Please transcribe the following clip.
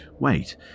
Wait